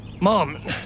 Mom